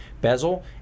bezel